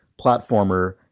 platformer